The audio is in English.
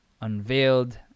unveiled